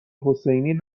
حسینی